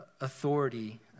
authority